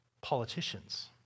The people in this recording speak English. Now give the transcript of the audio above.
Politicians